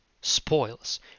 spoils